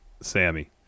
Sammy